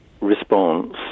response